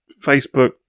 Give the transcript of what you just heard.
Facebook